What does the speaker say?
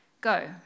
Go